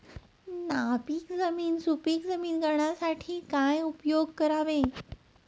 नापीक जमीन सुपीक करण्यासाठी काय उपयोग करावे?